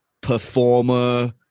performer